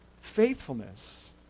faithfulness